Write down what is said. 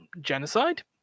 genocide